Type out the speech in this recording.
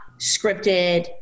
scripted